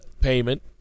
payment